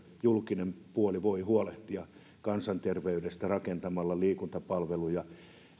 julkinen puoli voi huolehtia kansanterveydestä rakentamalla liikuntapalveluja